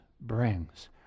brings